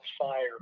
fire